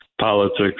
politics